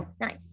Nice